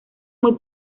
muy